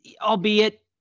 albeit